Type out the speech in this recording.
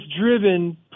driven